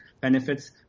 benefits